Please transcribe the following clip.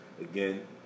again